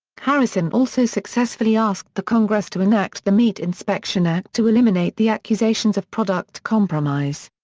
harrison also successfully asked the congress to enact the meat inspection act to eliminate the accusations of product compromise.